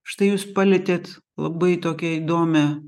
štai jūs palietėt labai tokią įdomią